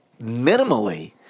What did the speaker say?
minimally